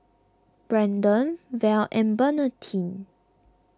Brandon Val and Bernardine